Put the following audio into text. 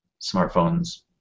smartphones